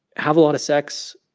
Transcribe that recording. have a lot of sex,